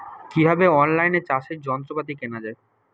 কিভাবে অন লাইনে চাষের যন্ত্রপাতি কেনা য়ায়?